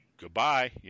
Goodbye